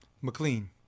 McLean